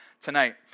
tonight